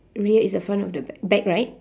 red is the front of the ba~ back right